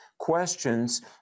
questions